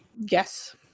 Yes